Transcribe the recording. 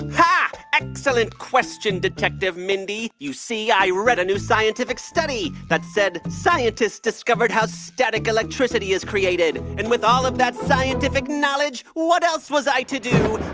excellent question, detective mindy. you see, i read a new scientific study that said scientists discovered how static electricity is created. and with all of that scientific knowledge, what else was i to do?